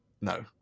no